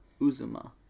Uzuma